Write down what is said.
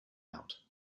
out